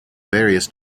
various